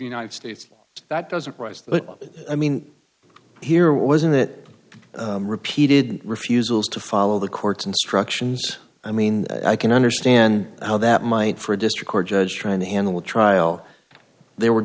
united states that doesn't arise that i mean here wasn't that repeated refusals to follow the court's instructions i mean i can understand how that might for a district court judge trying to handle a trial there were